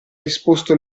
deposto